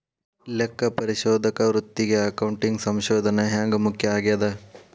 ಲೆಕ್ಕಪರಿಶೋಧಕರ ವೃತ್ತಿಗೆ ಅಕೌಂಟಿಂಗ್ ಸಂಶೋಧನ ಹ್ಯಾಂಗ್ ಮುಖ್ಯ ಆಗೇದ?